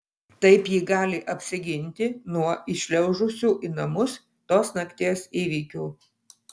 taip ji gali apsiginti nuo įšliaužusių į namus tos nakties įvykių